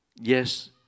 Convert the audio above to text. Yes